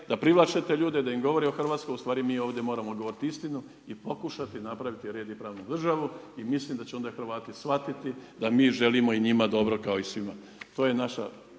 da privlače te ljude, da im govore o Hrvatskoj. Ustvari mi ovdje moramo govoriti istinu i pokušati napraviti red i pravnu državu i mislim da će onda Hrvati shvatiti da mi želimo i njima dobro kao i svima. To je naša,